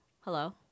Hello